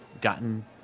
gotten